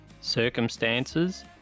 circumstances